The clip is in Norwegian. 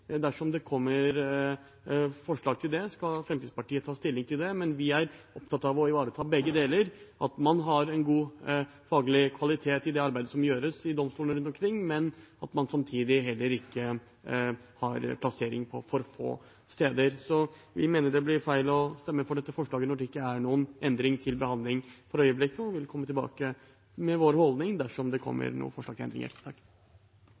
dersom det kommer forslag om det, skal Fremskrittspartiet ta stilling til det. Vi er opptatt av å ivareta begge deler – at man har god faglig kvalitet i det arbeidet som gjøres i domstolene rundt omkring, og at man samtidig ikke har plassering på for få steder. Vi mener det blir feil å stemme for dette forslaget når det ikke er noen endring til behandling for øyeblikket, og vil komme tilbake med vår holdning dersom det kommer forslag om endring. Takk